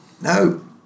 no